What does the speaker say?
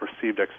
perceived